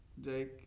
Jake